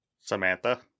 Samantha